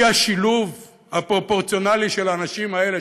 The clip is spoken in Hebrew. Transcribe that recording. השילוב הלא-הפרופורציונלי של האנשים האלה,